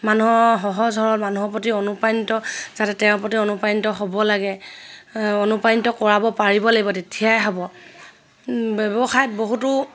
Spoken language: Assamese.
মানুহ সহজ সৰল মানুহৰ প্ৰতি অনুপ্ৰাণিত যাতে তেওঁৰ প্ৰতি অনুপ্ৰাণিত হ'ব লাগে অনুপ্ৰাণিত কৰাব পাৰিব লাগিব তেতিয়াহে হ'ব ব্যৱসায়ত বহুতো